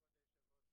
כבוד היושב-ראש,